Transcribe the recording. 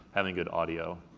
having good audio.